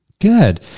Good